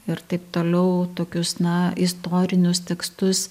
ir taip toliau tokius na istorinius tekstus